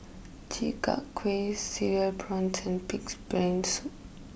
Chi Kak Kuih Cereal Prawns and Pig's Brain Soup